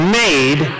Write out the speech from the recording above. made